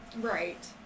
Right